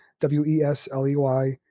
W-E-S-L-E-Y